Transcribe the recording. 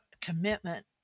commitment